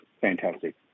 Fantastic